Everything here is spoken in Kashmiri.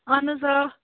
اَہَن حظ آ